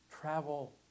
travel